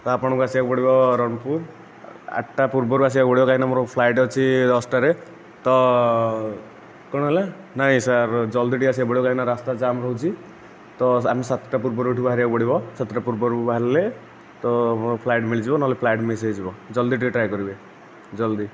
ଆପଣଙ୍କୁ ଆସିବାକୁ ପଡ଼ିବ ରଣପୁର ଆଠଟା ପୂର୍ବରୁ ଆସିବାକୁ ପଡ଼ିବ କାହିଁକି ନା ମୋର ଫ୍ଲାଇଟ ଅଛି ଦଶଟାରେ ତ କଣ ହେଲା ନାଇଁ ସାର୍ ଜଲ୍ଦି ଟିକିଏ ଆସିବାକୁ ପଡ଼ିବ କାହିଁକିନା ରାସ୍ତା ଜାମ୍ ରହୁଛି ତ ଆମକୁ ସାତଟା ପୁର୍ବରୁ ଏଇଠୁ ବାହାରିବାକୁ ପଡ଼ିବ ସାତଟା ପୁର୍ବରୁ ବାହାରିଲେ ତ ମୋର ଫ୍ଲାଇଟ୍ ମିଳିଯିବ ନହେଲେ ଫ୍ଲାଇଟ୍ ମିସ୍ ହୋଇଯିବ ଜଲ୍ଦି ଟିକିଏ ଟ୍ରାଏ କରିବେ ଜଲ୍ଦି